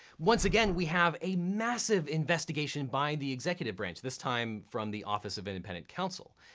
once again we have a massive investigation by the executive branch, this time from the office of independent counsel.